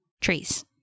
trees